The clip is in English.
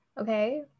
Okay